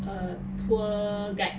a tour guide